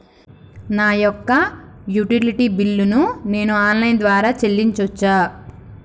నా యొక్క utility bill ను నేను ఆన్ లైన్ ద్వారా చెల్లించొచ్చా?